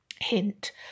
hint